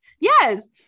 Yes